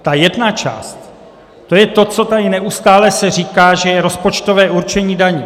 Ta jedna část to je to, co se tady neustále říká, že je rozpočtové určení daní.